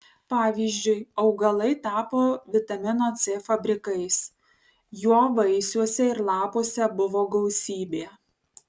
pavyzdžiui augalai tapo vitamino c fabrikais jo vaisiuose ir lapuose buvo gausybė